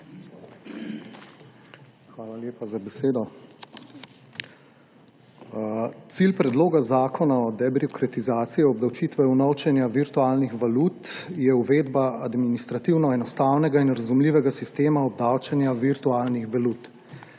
Hvala lepa za besedo. »Cilj Predloga zakona o debirokratizaciji obdavčitve unovčenja virtualnih valut je uvedba administrativno enostavnega in razumljivega sistema obdavčenja virtualnih valut.«